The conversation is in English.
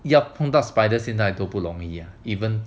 要碰到 spider 现在都不容易 ah